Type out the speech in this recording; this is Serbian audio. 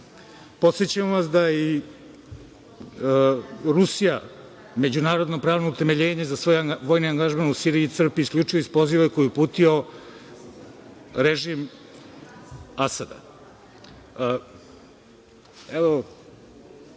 vas da je i Rusija međunarodno pravno utemeljenje za svoj vojni angažman u Siriji crpi isključivo iz poziva koji je uputio režim Asada.